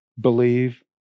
believe